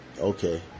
okay